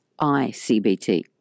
ICBT